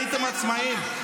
הייתם עצמאים.